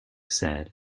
said